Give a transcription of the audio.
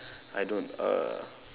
I don't err